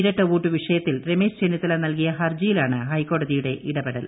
ഇരട്ട വോട്ട് വിഷയത്തിൽ രമേശ് ചെന്നിത്തല നൽകിയ ഹർജിയിലാണ് ഹൈക്കോടതിയുടെ ഇടപെടൽ